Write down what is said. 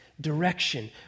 direction